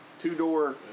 two-door